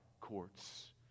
courts